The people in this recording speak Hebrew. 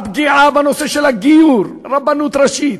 הפגיעה בנושא של הגיור, רבנות ראשית,